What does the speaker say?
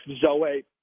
Zoe